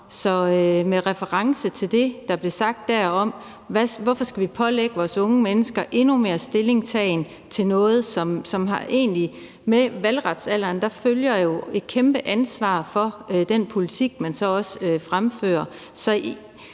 jeg med reference til det, der blev sagt om, hvorfor vi skal pålægge vores unge mennesker endnu mere stillingtagen. Med valgretsalderen følger jo et kæmpe ansvar for den politik, man så også støtter,